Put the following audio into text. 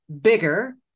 bigger